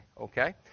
Okay